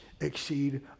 exceed